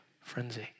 frenzy